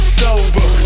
sober